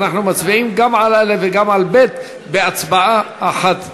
ואנחנו מצביעים גם על א' וגם על ב' בהצבעה אחת.